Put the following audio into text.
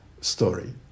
story